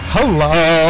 Hello